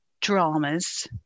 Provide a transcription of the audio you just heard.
dramas